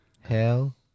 Hell